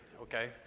Okay